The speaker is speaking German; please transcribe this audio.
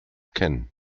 kennen